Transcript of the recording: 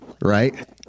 right